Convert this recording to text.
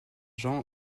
jean